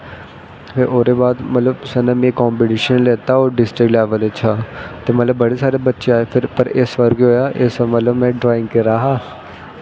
फिर ओह्दे बाद मतलव सर नै मिगी कंपिटिशन च लेता डिस्टिक लैवल च हा ते बड़े सारे बच्चे आए पर इस बार केह् होया इस बार मतलव में ड्राईंग गेदा हा